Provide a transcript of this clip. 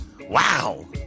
Wow